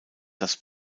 das